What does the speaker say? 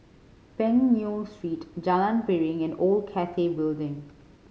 Peng Nguan Street Jalan Piring and Old Cathay Building